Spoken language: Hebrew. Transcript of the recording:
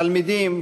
תלמידים,